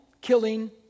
killing